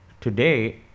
today